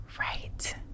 Right